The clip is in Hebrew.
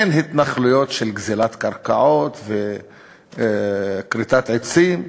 אין התנחלויות של גזלת קרקעות וכריתת עצים.